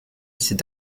cet